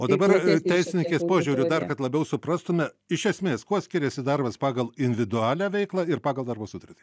o dabar teisininkės požiūriu dar kad labiau suprastume iš esmės kuo skiriasi darbas pagal individualią veiklą ir pagal darbo sutartį